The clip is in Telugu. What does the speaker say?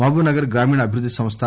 మహబూబ్ నగర్ గ్రామీణ అభివృద్ది సంస్థ